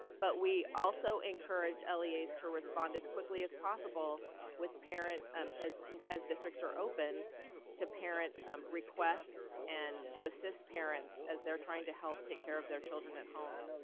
but we also encourage leas to respond as quickly as possible with parent um as as districts are open to parent um requests and to assist parents as they're trying to help take care of their children at home.